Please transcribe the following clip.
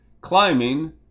climbing